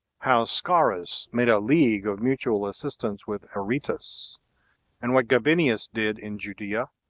how scaurus made a league of mutual assistance with aretas and what gabinius did in judea,